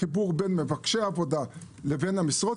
לחיבור בין מבקשי עבודה לבין המשרות,